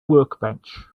workbench